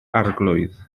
arglwydd